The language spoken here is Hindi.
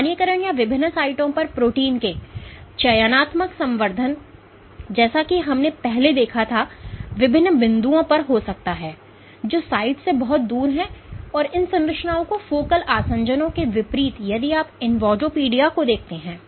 स्थानीयकरण या विभिन्न साइटों पर प्रोटीन के चयनात्मक संवर्धन जैसा कि हमने पहले देखा था विभिन्न बिंदुओं पर हो सकता है जो साइट से बहुत दूर हैं और इन संरचनाओं को फोकल आसंजनों के विपरीत यदि आप invadopodia को देखते हैं